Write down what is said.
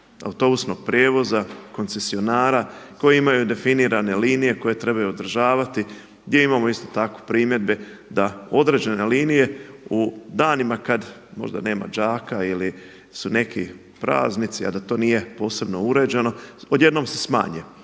autobusnog prijevoza, koncesionara koji imaju definirane linije koje trebaju održavati, gdje imamo isto tako primjedbe da određene linije u danima kad možda nema đaka ili su neki praznici, a da to nije posebno uređeno odjednom se smanje.